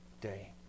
day